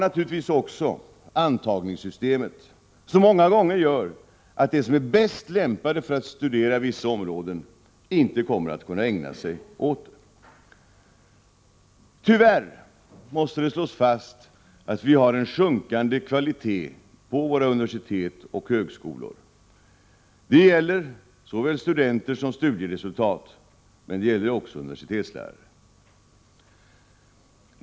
Antagningssystemet medför också i många fall att de som är bäst lämpade för att studera vissa ämnen inte kan ägna sig åt detta. Tyvärr måste det slås fast att vi har en sjunkande kvalitet på våra universitet och högskolor. Det gäller såväl studenter som studieresultat, men också universitetslärare.